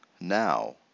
now